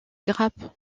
grappes